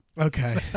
Okay